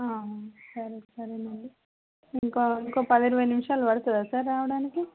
సరే సరేనండి ఇంకా ఇంకో పది ఇరవై నిముషాలు పడతుందా సార్ రావడానికి